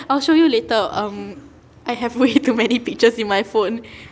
I'll show you later um I have way too many pictures in my phone